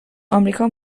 امریکا